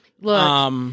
Look